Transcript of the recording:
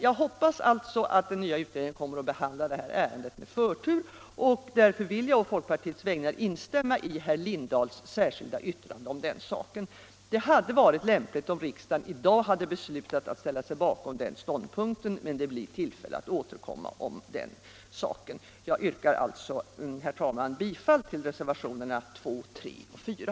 Jag hoppas därför att den nya utredningen kommer att behandla ärendet med förtur. Därför vill jag å folkpartiets vägnar instämma i herr Lindahls i Hamburgsund särskilda yttrande. Det hade varit lämpligt om riksdagen i dag hade beslutat att ställa sig bakom den ståndpunkten, men det blir tillfälle att återkomma om den saken. Jag yrkar slutligen, herr talman, bifall till reservationerna 2, 3 och 4.